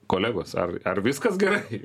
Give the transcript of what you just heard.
kolegos ar ar viskas gerai